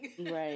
Right